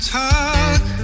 talk